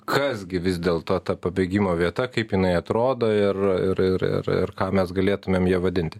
kas gi vis dėlto ta pabėgimo vieta kaip jinai atrodo ir ir ir ir ir ką mes galėtumėm ja vadinti